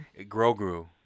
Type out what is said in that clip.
Grogu